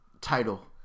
title